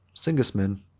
sigismond,